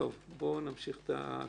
נמשי את ההקראה,